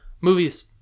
movies